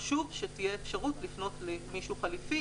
חשוב שתהיה אפשרות לפנות למישהו חלופי,